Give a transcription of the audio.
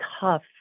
tough